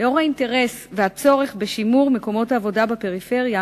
לנוכח האינטרס והצורך בשימור מקומות עבודה בפריפריה